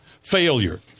failure